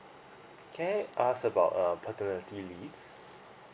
can I ask about err paternity leave